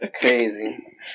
crazy